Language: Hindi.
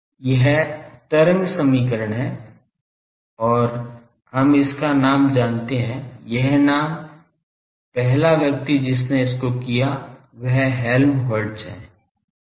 यह तरंग समीकरण है और हम इसका नाम जानते हैं यह नाम पहला व्यक्ति जिसने इसको किया वह हेल्महोल्ट्ज़ है